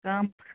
کَم